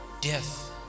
Death